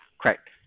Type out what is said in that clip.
Correct